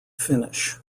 finish